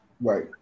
Right